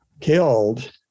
killed